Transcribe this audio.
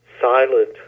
silent